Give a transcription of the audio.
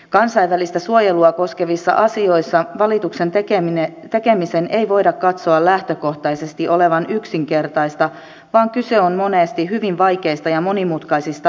kansainvälistä suojelua koskevissa asioissa valituksen tekemisen ei voida katsoa lähtökohtaisesti olevan yksinkertaista vaan kyse on monesti hyvin vaikeista ja monimutkaisista asioista